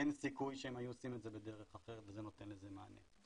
אין סיכוי שהם היו עושים את זה בדרך אחרת וזה נותן לזה מענה.